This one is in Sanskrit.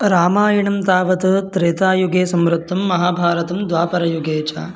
रामायणं तावत् त्रेतायुगे संवृत्तं महाभारतं द्वापरयुगे च